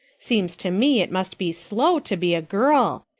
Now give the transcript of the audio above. seems to me it must be slow to be a girl.